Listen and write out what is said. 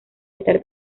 estar